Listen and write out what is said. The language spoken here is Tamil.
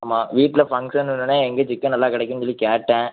ஆமாம் வீட்டில் ஃபங்க்ஷன்னே எங்கே சிக்கன் நல்லா கிடைக்கும்ன்னு சொல்லி கேட்டேன்